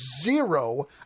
zero